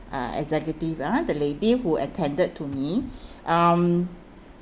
uh executive ah the lady who attended to me um